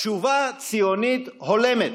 תשובה ציונית הולמת.